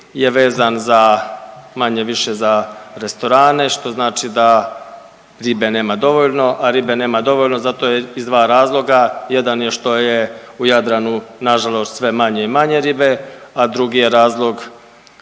je vezan za manje-više za restorane što znači da ribe nema dovoljno, a ribe nema dovoljno zato je iz dva razloga. Jedan je što je u Jadranu na žalost sve manje i manje ribe, a drugi je razlog